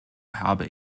habe